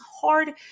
hard